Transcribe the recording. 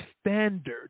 standard